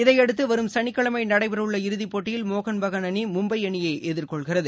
இதையடுத்துவரும் சனிக்கிழமைநடைபெறஉள்ள இறுதிப் போட்டியில் மோகன் பகான் அணி மும்பைஅணியைஎதிர்கொள்கிறது